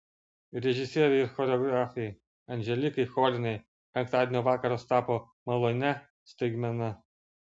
režisierei ir choreografei anželikai cholinai penktadienio vakaras tapo malonia staigmena